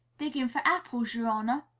digging for apples, yer honor!